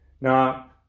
Now